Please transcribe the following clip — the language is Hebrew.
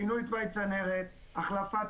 שינוי תוואי צנרת, החלפת